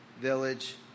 Village